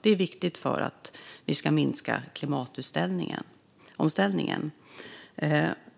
Det är viktigt för att minska klimatomställningen.